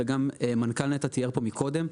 וגם מנכ"ל נת"ע תיאר פה מקודם.